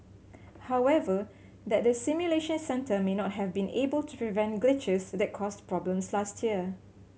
however that the simulation centre may not have been able to prevent glitches that caused problems last year